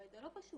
הרי זה לא פשוט.